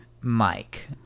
mike